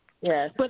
Yes